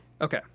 okay